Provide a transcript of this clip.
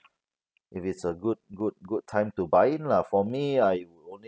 if it's a good good good time to buy in lah for me I only